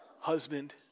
husband